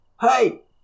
hey